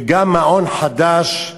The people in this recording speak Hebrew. וגם מעון חדש,